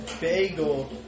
bagel